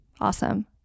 Awesome